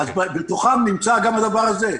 בתוכם נמצא גם הדבר הזה.